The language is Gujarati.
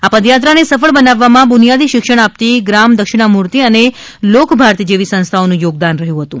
આ પદયાત્રા ને સફળ બનાવવા માં બુનિયાદી શિક્ષણ આપતી ગ્રામ દક્ષિણામૂર્તિ અને લોકભારતી જેવી સંસ્થાઓ નું યોગદાન રહ્યું હતું